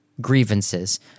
grievances